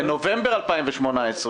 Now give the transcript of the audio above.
בנובמבר 2018,